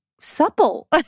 supple